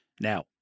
Now